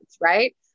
Right